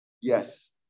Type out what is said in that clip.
Yes